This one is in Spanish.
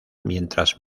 mientras